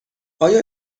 آیا